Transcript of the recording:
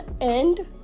End